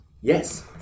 Yes